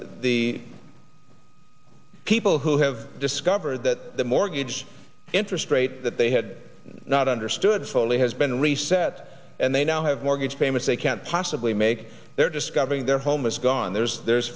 the people who have discovered that the mortgage interest rate that they had not understood fully has been reset and they now have mortgage payments they can't possibly make their discovering their home is gone there's there's